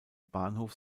bahnhof